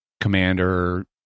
commander